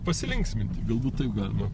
pasilinksminti galbūt taip galima